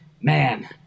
man